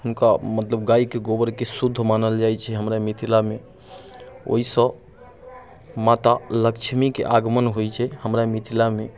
हुनका मतलब गायके गोबरके शुद्ध मानल जाइ छै हमरा मिथिलामे ओइसँ माता लक्ष्मीके आगमन होइ छै हमरा मिथिला मे